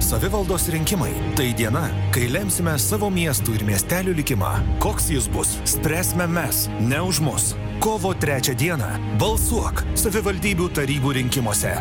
savivaldos rinkimai tai diena kai lemsime savo miestų ir miestelių likimą koks jis bus spręsime mes ne už mus kovo trečią dieną balsuok savivaldybių tarybų rinkimuose